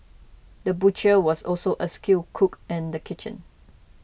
the butcher was also a skilled cook in the kitchen